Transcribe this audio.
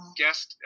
guest